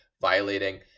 violating